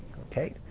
okay.